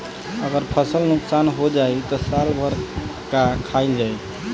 अगर फसल नुकसान हो जाई त साल भर का खाईल जाई